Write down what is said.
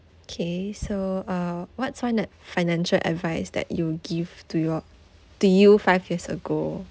okay so uh what's on uh financial advice that you give to your to you five years ago